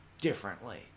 differently